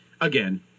again